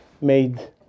made